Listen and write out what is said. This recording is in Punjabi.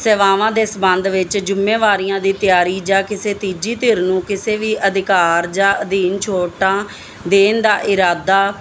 ਸੇਵਾਵਾਂ ਦੇ ਸਬੰਧ ਵਿੱਚ ਜੁੰਮੇਵਾਰੀਆਂ ਦੀ ਤਿਆਰੀ ਜਾਂ ਕਿਸੇ ਤੀਜੀ ਧਿਰ ਨੂੰ ਕਿਸੇ ਵੀ ਅਧਿਕਾਰ ਜਾਂ ਅਧੀਨ ਛੋਟਾਂ ਦੇਣ ਦਾ ਇਰਾਦਾ